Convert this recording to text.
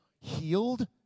healed